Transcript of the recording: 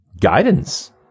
guidance